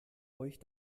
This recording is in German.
euch